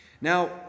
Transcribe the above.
Now